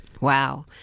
Wow